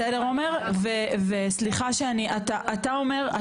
בסדר עומר וסליחה שאני, אתה אומר.